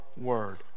word